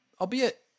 albeit